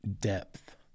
depth